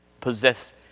possess